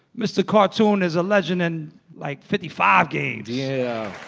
mr. cartoon is a legend in like fifty five games yeah